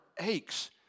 aches